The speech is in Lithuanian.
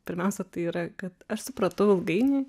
pirmiausia tai yra kad aš supratau ilgainiui